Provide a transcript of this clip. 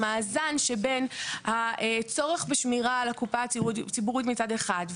במאזן שבין הצורך בשמירה על הקופה הציבורית מצד אחד,